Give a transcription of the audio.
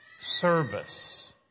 service